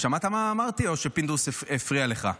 שמעת מה אמרתי או שפינדרוס הפריע לך?